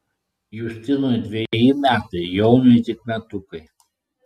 justinui dveji metai jauniui tik metukai